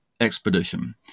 expedition